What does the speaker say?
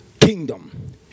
kingdom